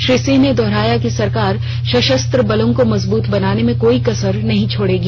श्री सिंह ने दोहराया कि सरकार सशस्त्र बलों को मजबूत बनाने में कोई कसर नहीं छोड़ेगी